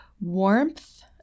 warmth